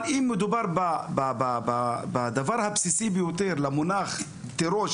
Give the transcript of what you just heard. אם מדובר בדבר הבסיסי ביותר למונח טרור,